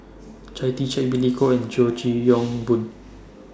Chia Tee Chiak Billy Koh and George Yong Boon